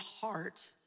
heart